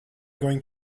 going